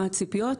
מה הציפיות.